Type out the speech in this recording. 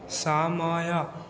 ସମୟ